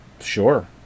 sure